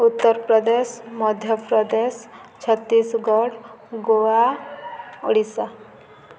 Uttar Pradesh Madhya Pradesh Chhattisgarh Goa Odisha